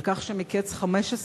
על כך שמקץ 15 שנים,